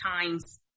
times